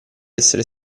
essere